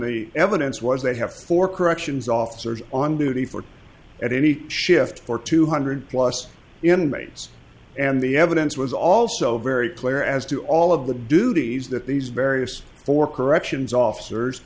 the evidence was they have for corrections officers on duty for at any shift for two hundred plus inmates and the evidence was also very clear as to all of the duties that these various four corrections officers